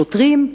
שוטרים,